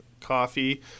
coffee